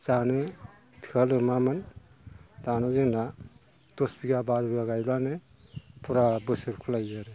जानो थोआ लोमामोन दाना जोंना दस बिगा बार' बिगा गायबानो फुरा बोसोर खुलायो आरो